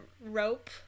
rope